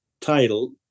title